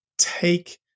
Take